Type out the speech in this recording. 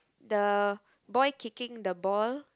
the boy kicking the ball